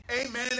Amen